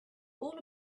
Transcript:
all